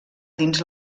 dins